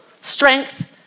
strength